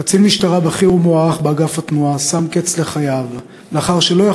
קצין משטרה בכיר ומוערך באגף התנועה שם קץ לחייו לאחר שלא יכול